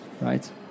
right